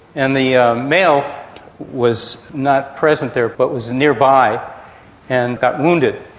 and the ah male was not present there but was nearby and got wounded,